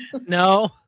No